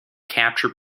capture